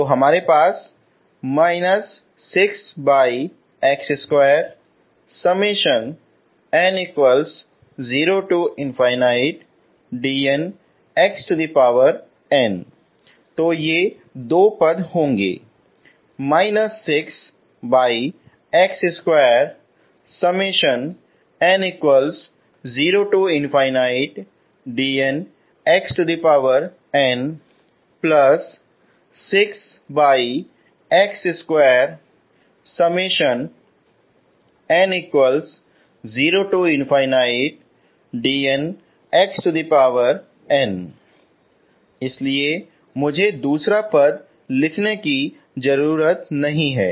तो हमारे पास तो ये दो पद होंगे इसलिए मुझे दूसरा पद लिखने की जरूरत नहीं है